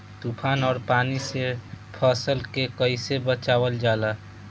तुफान और पानी से फसल के कईसे बचावल जाला?